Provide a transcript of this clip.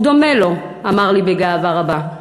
הוא דומה לו, אמר לי בגאווה רבה.